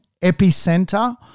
epicenter